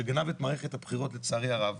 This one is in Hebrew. שגנב את מערכת הבחירות לצערי הרב.